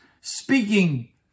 speaking